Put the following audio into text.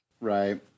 Right